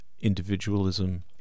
individualism